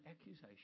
accusation